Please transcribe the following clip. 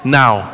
now